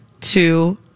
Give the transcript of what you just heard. two